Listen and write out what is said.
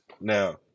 Now